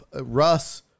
Russ